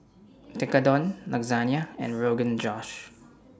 Tekkadon Lasagne and Rogan Josh